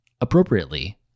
Appropriately